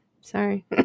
Sorry